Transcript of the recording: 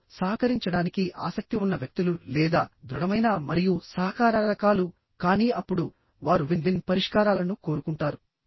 ఇప్పుడు సహకరించడానికి ఆసక్తి ఉన్న వ్యక్తులు లేదా దృఢమైన మరియు సహకార రకాలు కానీ అప్పుడు వారు విన్ విన్ పరిష్కారాలను కోరుకుంటారు